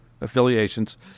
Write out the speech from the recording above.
affiliations